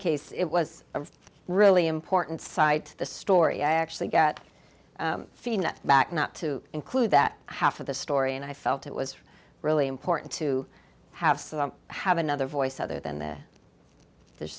case it was a really important side to the story i actually got back not to include that half of the story and i felt it was really important to have so i have another voice other than the the